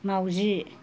माउजि